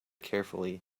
carefully